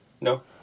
no